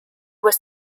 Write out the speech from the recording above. was